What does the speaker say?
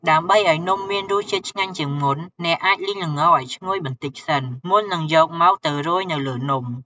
ដើម្បីឱ្យនំមានរសជាតិឆ្ងាញ់ជាងមុន អ្នកអាចលីងល្ងឱ្យឈ្ងុយបន្តិចសិន មុននឹងយកមកទៅរោយនៅលើនំ។